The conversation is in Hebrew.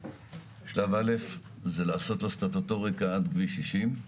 שלב ראשון, זה לעשות לו סטטוטוריקה עד כביש 60,